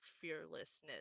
fearlessness